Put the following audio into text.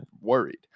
worried